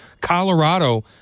Colorado